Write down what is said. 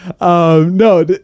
No